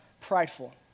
prideful